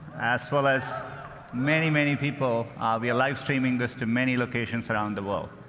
as well as many, many people we're live streaming this to many locations around the world.